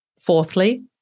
Fourthly